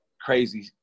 crazy